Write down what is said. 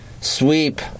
sweep